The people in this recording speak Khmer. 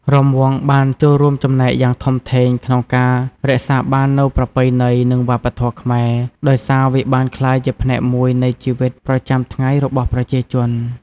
រាំវង់បានចូលរួមចំណែកយ៉ាងធំធេងក្នុងការរក្សាបាននូវប្រពៃណី និងវប្បធម៌ខ្មែរ ដោយសារវាបានក្លាយជាផ្នែកមួយនៃជីវិតប្រចាំថ្ងៃរបស់ប្រជាជន។